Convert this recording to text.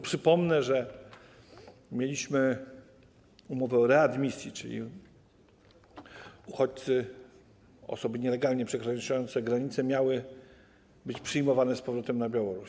Przypomnę, że mieliśmy umowę o readmisji, czyli uchodźcy, osoby nielegalnie przekraczające granicę miały być przyjmowane z powrotem przez Białoruś.